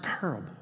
parable